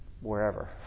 wherever